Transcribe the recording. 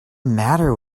matter